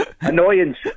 annoyance